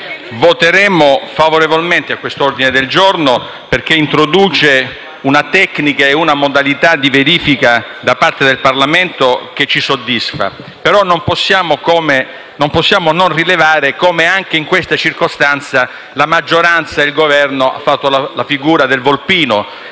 voteremo a favore dell'ordine del giorno G100 perché introduce una tecnica e una modalità di verifica da parte del Parlamento che ci soddisfa. Non possiamo però non rilevare come anche in questa circostanza la maggioranza e il Governo abbiano fatto la figura del volpino.